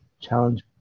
challenge